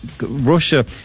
Russia